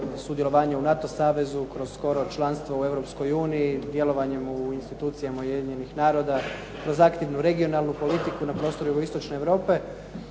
sudjelovanje u NATO savezu, kroz skoro članstvo u EU, djelovanjem u institucijama UN-a, kroz aktivnu regionalnu politiku na prostoru jugoistočne Europe,